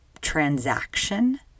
transaction